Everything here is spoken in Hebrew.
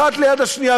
אחת ליד השנייה,